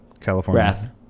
California